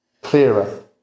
clearer